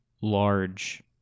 large